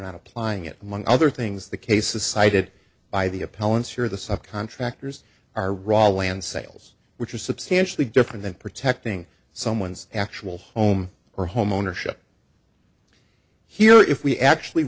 not applying it among other things the cases cited by the appellants here the sub contractors are raw land sales which is substantially different than protecting someone's actual home or home ownership here if we actually